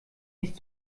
nicht